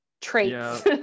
traits